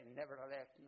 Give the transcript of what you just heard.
nevertheless